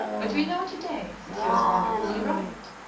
but we know to-day that he was wonderfully right.